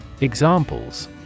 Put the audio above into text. Examples